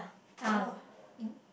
oh